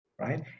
right